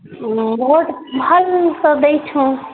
vote ଭଲ୍ ତ ଦେଇଛୁଁ